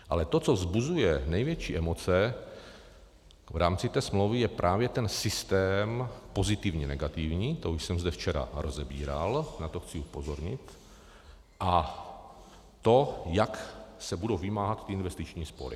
Ale to, co vzbuzuje největší emoce v rámci té smlouvy, je právě ten systém pozitivní negativní, to už jsem zde včera rozebíral, na to chci upozornit, a to, jak se budou vymáhat investiční spory.